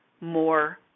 more